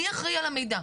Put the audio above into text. מי אחראי על המידע,